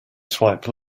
swipe